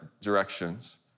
directions